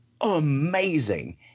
amazing